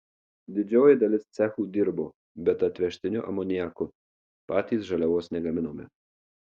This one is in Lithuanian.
didžioji dalis cechų dirbo bet atvežtiniu amoniaku patys žaliavos negaminome